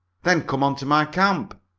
then come on to my camp,